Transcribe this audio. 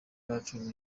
bacu